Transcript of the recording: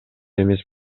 эмес